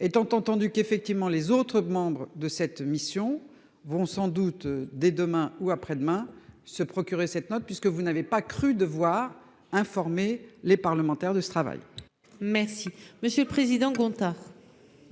Étant entendu qu'effectivement les autres membres de cette mission vont sans doute dès demain ou après-demain se procurer cette note puisque vous n'avez pas cru devoir informer les parlementaires de ce travail. Merci Monsieur le Président compta.